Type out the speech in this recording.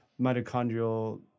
mitochondrial